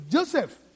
Joseph